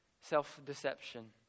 Self-deception